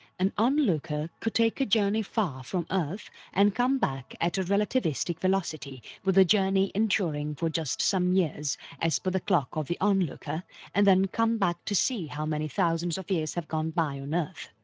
an onlooker could take a journey far from earth and come back at a relativistic velocity with the journey enduring for just some years as per the clock of the onlooker and then come back to see how many thousands of years have gone by on earth,